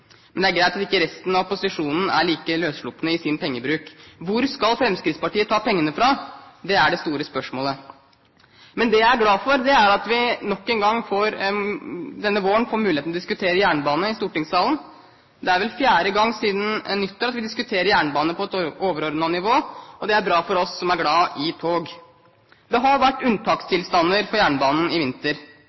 Men det er greit at ikke resten av opposisjonen er like løsslupne i sin pengebruk. Hvor skal Fremskrittspartiet ta pengene fra? Det er det store spørsmålet. Men det jeg er glad for, er at vi nok en gang denne våren får muligheten til å diskutere jernbane i stortingssalen. Det er vel fjerde gangen siden nyttår vi diskuterer jernbanen på et overordnet nivå, og det er bra for oss som er glad i tog. Det har vært unntakstilstander for jernbanen i vinter.